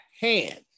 hand